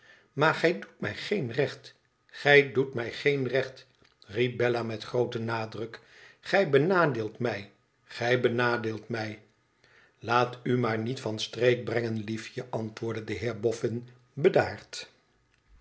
maar gij doet mij geen recht gij doet mij geen recht riep bella met grooten nadruk gij benadeelt mij gij benadeelt mij laatu maarniet van streek brengen liefje antwoordde de heer boffin bedaard